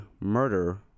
murder